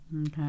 Okay